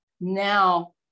now